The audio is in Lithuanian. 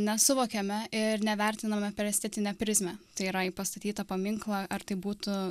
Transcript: nesuvokiame ir nevertiname per estetinę prizmę tai yra į pastatytą paminklą ar tai būtų